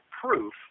proof